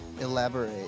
elaborate